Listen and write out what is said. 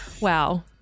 wow